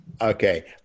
Okay